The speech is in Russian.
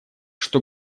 что